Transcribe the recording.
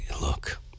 look